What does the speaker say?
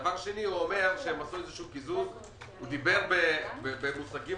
שנית, הוא דיבר במושגים